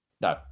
No